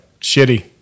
shitty